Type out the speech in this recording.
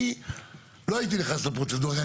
אני לא הייתי נכנס לפרוצדורה הזאת,